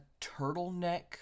turtleneck